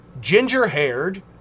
ginger-haired